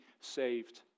saved